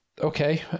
Okay